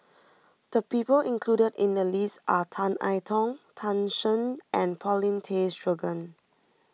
the people included in the list are Tan I Tong Tan Shen and Paulin Tay Straughan